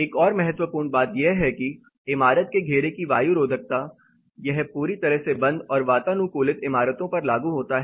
एक और महत्वपूर्ण बात यह है कि इमारत के घेरे की वायुरोधकता यह पूरी तरह से बंद और वातानुकूलित इमारतों पर लागू होता है